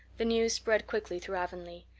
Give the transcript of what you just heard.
the news spread quickly through avonlea,